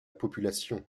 population